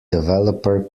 developer